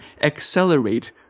accelerate